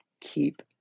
keep